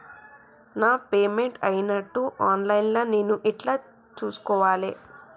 నా పేమెంట్ అయినట్టు online లా నేను ఎట్ల చూస్కోవాలే?